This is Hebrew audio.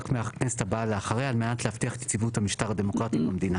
מהכנסת הבאה ולאחריה על מנת להבטיח את יציבות המשטר הדמוקרטי במדינה'.